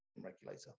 regulator